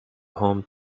home